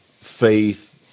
faith